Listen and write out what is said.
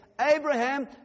Abraham